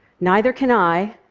neither can i,